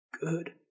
Good